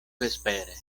vespere